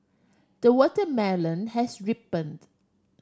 the watermelon has ripened